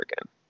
again